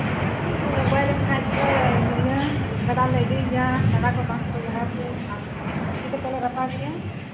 ᱜᱚᱡ ᱞᱮᱱᱠᱷᱟᱱ ᱵᱚᱞᱮ ᱤᱭᱟᱹ ᱜᱟᱰᱟ ᱨᱮᱞᱮ ᱤᱫᱤᱭᱮᱭᱟ ᱜᱟᱰᱟ ᱠᱚ ᱵᱟᱱ ᱠᱚ ᱡᱟᱦᱟᱸ ᱨᱮᱜᱮ ᱟᱨ ᱤᱫᱤ ᱠᱟᱛᱮ ᱞᱮ ᱨᱟᱯᱟᱜᱮᱭᱟ